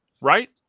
right